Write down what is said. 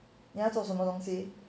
你要做什么东西